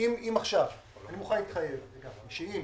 עכשיו אני מוכן להתחייב שאם